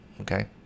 okay